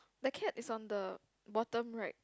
the cat is on the bottom right